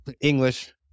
English